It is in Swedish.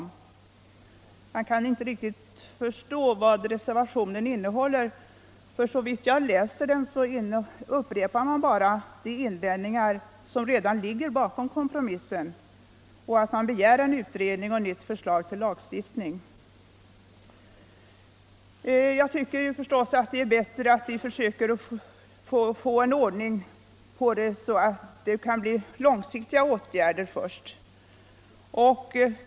Man 149 har tydligen inte riktigt förstått betänkandets innehåll, eftersom man såvitt jag kan förstå bara upprepar de invändningar som ligger i den redan gjorda kompromissen men begär en utredning och ett nytt förslag till lagstiftning. Jag tycker förstås det är bättre att vi försöker få en sådan ordning att långsiktiga åtgärder kan vidtas först.